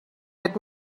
let